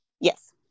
Yes